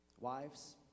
wives